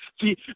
See